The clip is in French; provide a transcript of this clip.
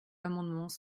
amendements